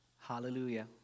Hallelujah